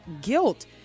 guilt